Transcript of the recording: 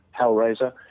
*Hellraiser*